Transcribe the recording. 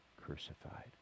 crucified